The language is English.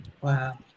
wow